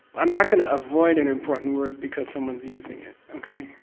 i'm not going to avoid an important word because someone's using it. okay?